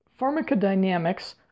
pharmacodynamics